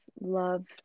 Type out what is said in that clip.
love